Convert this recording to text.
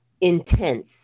intense